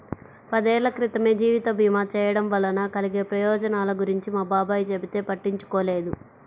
పదేళ్ళ క్రితమే జీవిత భీమా చేయడం వలన కలిగే ప్రయోజనాల గురించి మా బాబాయ్ చెబితే పట్టించుకోలేదు